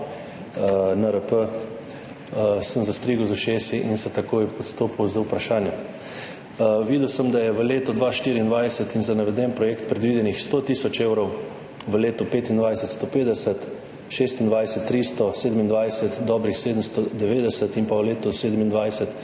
NRP, sem zastrigel z ušesi in se takoj odzval z vprašanjem. Videl sem, da je v letu 2024 za navedeni projekt predvidenih 100 tisoč evrov, v letu 2025 150, 2026 300, 2027 dobrih 790 in v letu 2027